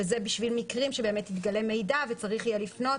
וזה בשביל מקרים שבאמת התגלה מידע וצריך יהיה לפנות